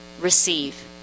receive